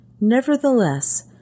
Nevertheless